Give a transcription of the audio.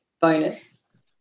bonus